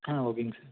ஆ ஓகேங்க சார்